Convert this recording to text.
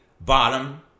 bottom